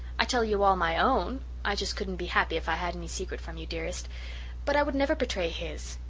i tell you all my own i just couldn't be happy if i had any secret from you, dearest but i would never betray his.